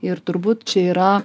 ir turbūt čia yra